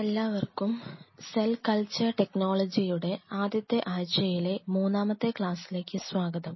എല്ലാവർക്കും cell culture ടെക്നോളജിയുടെ ആദ്യത്തെ ആഴ്ചയിലെ മൂന്നാമത്തെ ക്ലാസ്സിലേക്ക് സ്വാഗതം